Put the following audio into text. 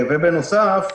ובנוסף,